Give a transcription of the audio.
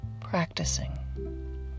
practicing